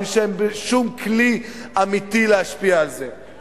אין בהן שום כלי אמיתי להשפיע על זה.